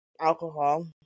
alcohol